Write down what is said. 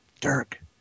Dirk